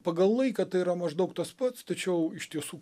pagal laiką tai yra maždaug tas pats tačiau iš tiesų